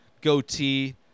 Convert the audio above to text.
goatee